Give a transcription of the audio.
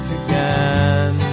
again